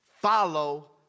follow